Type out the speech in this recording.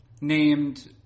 named